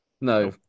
No